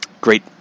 great